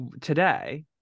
today